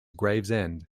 gravesend